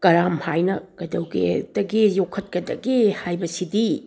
ꯀꯔꯝ ꯍꯥꯏꯅ ꯀꯩꯗꯧꯒꯗꯒꯦ ꯌꯣꯛꯈꯠꯀꯗꯒꯦ ꯍꯥꯏꯕꯁꯤꯗꯤ